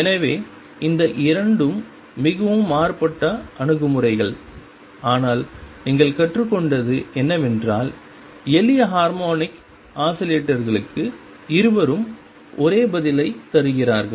எனவே இந்த இரண்டும் மிகவும் மாறுபட்ட அணுகுமுறைகள் ஆனால் நீங்கள் கற்றுக்கொண்டது என்னவென்றால் எளிய ஹார்மோனிக் ஆஸிலேட்டர்களுக்கு இருவரும் ஒரே பதில்களைத் தருகிறார்கள்